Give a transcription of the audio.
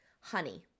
honey